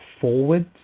forwards